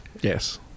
Yes